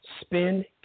spend